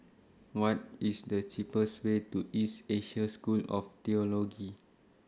What IS The cheapest Way to East Asia School of Theology